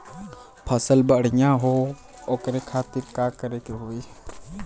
फसल बढ़ियां हो ओकरे खातिर का करे के होई?